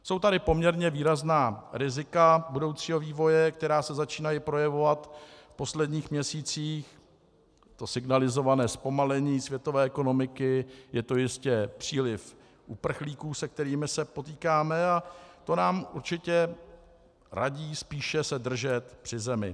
Jsou tady poměrně výrazná rizika budoucího vývoje, která se začínají projevovat v posledních měsících, to signalizované zpomalení světové ekonomiky, je to jistě příliv uprchlíků, se kterými se potýkáme, a to nám určitě radí spíše se držet při zemi.